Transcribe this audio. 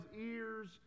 ears